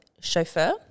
chauffeur